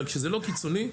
אבל כשזה לא קיצוני,